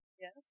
Yes